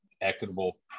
equitable